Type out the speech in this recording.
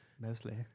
Mostly